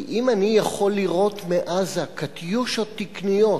כי אם אני יכול לירות מעזה "קטיושות" תקניות